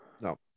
No